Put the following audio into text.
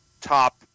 top